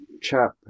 chap